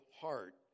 heart